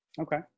okay